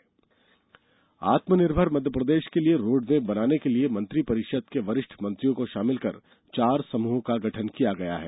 मंत्रिपरिषद समूह आत्मनिर्भर मध्यप्रदेश के लिए रोडमेप बनाने के लिए मंत्रि परिषद के वरिष्ठ मंत्रियों को शामिल कर चार समूहों का गठन किया गया है